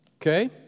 Okay